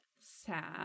sad